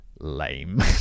lame